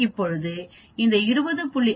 இப்போது இந்த 20